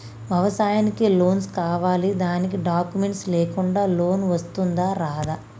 వ్యవసాయానికి లోన్స్ కావాలి దానికి డాక్యుమెంట్స్ లేకుండా లోన్ వస్తుందా రాదా?